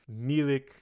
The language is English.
Milik